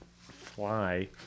fly